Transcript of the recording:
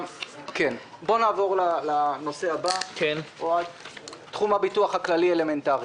נעבור לנושא הבא, תחום הביטוח הכללי (אלמנטרי)